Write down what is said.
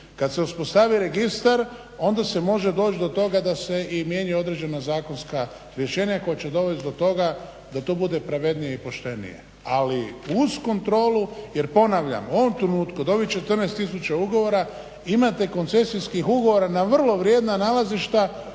Kad se uspostavi registar onda se može doći do toga da se i mijenjaju određena zakonska rješenja koja će dovest do toga da to bude pravednije i poštenije, ali uz kontrolu. Jer ponavljam u ovom trenutku od ovih 14 tisuća ugovora imate koncesijskih ugovora na vrlo vrijedna nalazišta